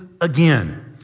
again